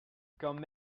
comme